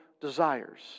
desires